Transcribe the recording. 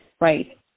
right